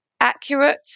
accurate